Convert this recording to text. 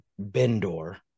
Bendor